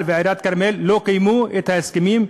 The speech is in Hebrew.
ועיריית כרמיאל לא קיימו את ההסכמים.